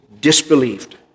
disbelieved